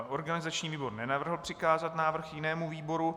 Organizační výbor nenavrhl přikázat návrh jinému výboru.